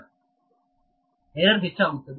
ವಿದ್ಯಾರ್ಥಿ ಎರರ್ ಹೆಚ್ಚಾಗುತ್ತದೆ